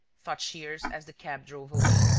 thought shears, as the cab drove away.